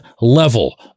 level